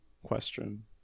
question